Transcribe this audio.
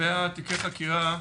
לגבי תיקי החקירה,